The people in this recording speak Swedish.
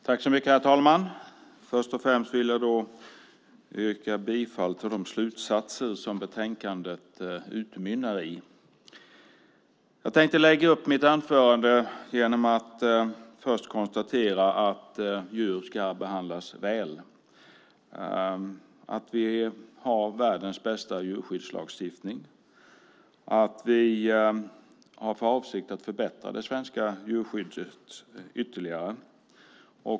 Herr talman! Först och främst vill jag yrka bifall till förslaget i betänkandet. Jag vill i mitt anförande först konstatera att djur ska behandlas väl. Vi har världens bästa djurskyddslagstiftning. Vi har för avsikt att förbättra det svenska djurskyddet ytterligare.